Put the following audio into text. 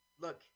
Look